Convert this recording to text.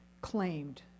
claimed